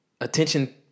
attention